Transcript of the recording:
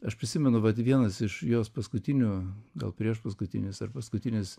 aš prisimenu vat vienas iš jos paskutinių gal priešpaskutinis ar paskutinis